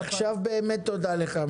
עכשיו באמת תודה לך קרעי.